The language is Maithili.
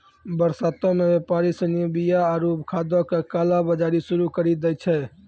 बरसातो मे व्यापारि सिनी बीया आरु खादो के काला बजारी शुरू करि दै छै